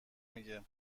میگه